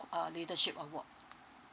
uh leadership award